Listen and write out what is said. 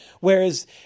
whereas